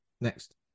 next